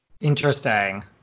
Interesting